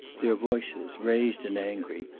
their voices, raised and angry,